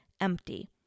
empty